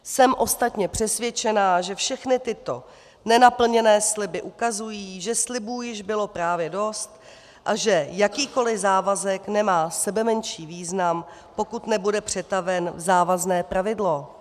Jsem ostatně přesvědčena, že všechny tyto nenaplněné sliby ukazují, že slibů již bylo právě dost a že jakýkoli závazek nemá sebemenší význam, pokud nebude přetaven v závazné pravidlo.